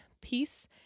peace